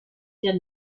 der